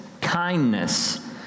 kindness